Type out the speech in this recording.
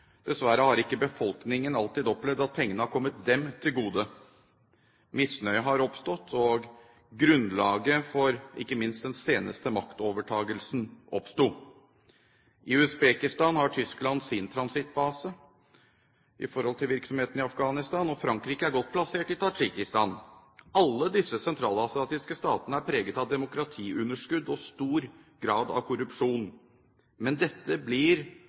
Dessverre har ikke befolkningen alltid opplevd at pengene har kommet dem til gode. Misnøye har oppstått, og grunnlaget for ikke minst den seneste maktovertakelsen oppsto. I Usbekistan har Tyskland sin transittbase for virksomheten i Afghanistan, og Frankrike er godt plassert i Tadsjikistan. Alle disse sentralasiatiske statene er preget av demokratiunderskudd og stor grad av korrupsjon. Men dette blir